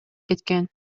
кеткен